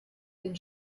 den